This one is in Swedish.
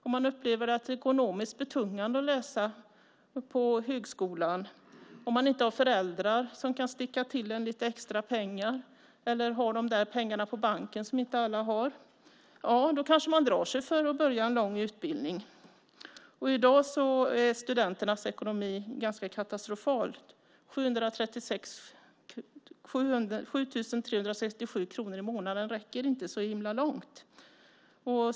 Det kan upplevas ekonomiskt betungande att läsa på högskolan om man inte har föräldrar som kan sticka till extra pengar eller om pengarna inte finns på banken. Då kanske man drar sig för att börja en lång utbildning. I dag är studenternas ekonomi katastrofal. 7 367 kronor i månaden räcker inte så långt.